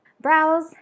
brows